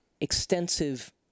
extensive